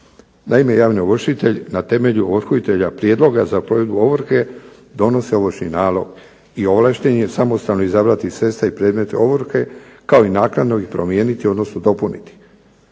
Naime, javni ovršitelj na temelju ovrhoviteljevog prijedloga za provedbu ovrhe donosi ovršni nalog i ovlašten je samostalno izabrati sredstva i predmete ovrhe kao i naknadno ih promijeniti odnosno dopuniti.